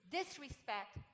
disrespect